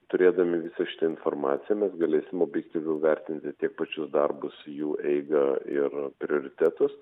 turėdami visą šitą informaciją mes galėsim objektyviau vertinti tiek pačius darbus jų eigą ir prioritetus